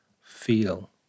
feel